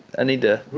i need to.